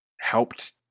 helped